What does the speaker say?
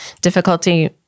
difficulty